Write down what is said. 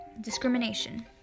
discrimination